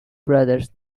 brothers